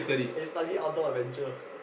I study Outdoor Adventure